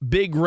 Big